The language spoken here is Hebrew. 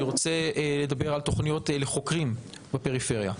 אני רוצה לדבר על תוכניות לחוקרים בפריפריה.